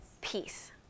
peace